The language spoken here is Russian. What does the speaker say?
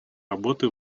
работы